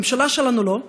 הממשלה שלנו לא,